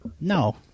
No